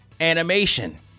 animation